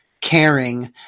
caring